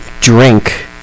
drink